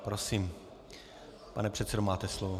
Prosím, pane předsedo, máte slovo.